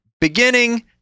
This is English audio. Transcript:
beginning